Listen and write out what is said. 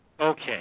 Okay